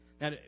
Now